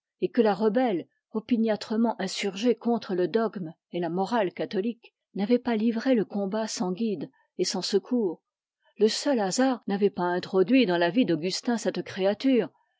et que la rebelle opiniâtrement insurgée contre le dogme et la morale catholiques n'avait pas livré le combat sans guide et sans secours le seul hasard n'avait pas introduit dans la vie d'augustin cette créature